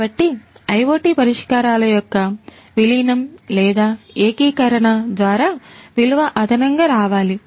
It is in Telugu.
కాబట్టి IoT పరిష్కారాల యొక్క విలీనం లేదా ఏకీకరణ ద్వారా విలువ అదనంగా రావాలి